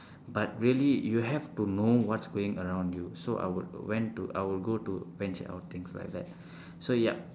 but really you have to know what's going around you so I would went to I would go to venture out things like that so yup